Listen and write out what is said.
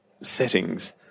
settings